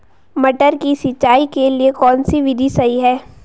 मटर की सिंचाई के लिए कौन सी विधि सही है?